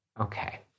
Okay